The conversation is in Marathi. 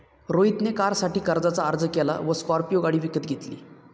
रोहित ने कारसाठी कर्जाचा अर्ज केला व स्कॉर्पियो गाडी विकत घेतली